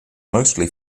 mostly